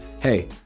Hey